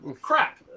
crap